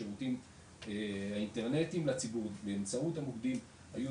השירותים האינטרנטיים לציבור באמצעות המוקדים היו